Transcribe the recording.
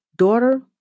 daughter